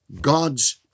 God's